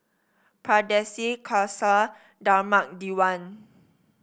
Pardesi Khalsa Dharmak Diwan